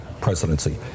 presidency